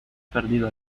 perdido